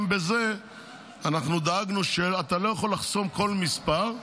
אנחנו דאגנו שאתה לא יכול לחסום כל מספר,